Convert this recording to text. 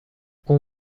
اون